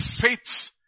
faith